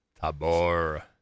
Tabor